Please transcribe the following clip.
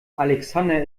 alexander